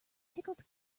pickled